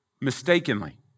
mistakenly